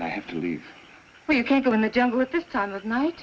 i have to leave well you can't go in the jungle at this time of night